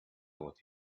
told